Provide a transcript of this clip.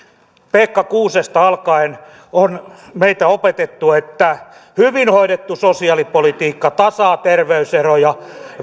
pekka kuusesta alkaen on meitä opetettu että hyvin hoidettu sosiaalipolitiikka tasaa terveyseroja